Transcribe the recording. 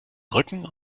rücken